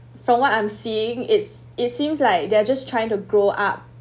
from what I'm seeing it's it seems like they're just trying to grow up